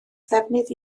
ddefnydd